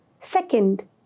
Second